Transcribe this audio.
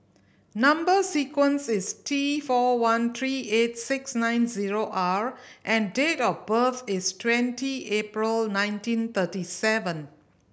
number sequence is T four one three eight six nine zero R and date of birth is twenty April nineteen thirty seven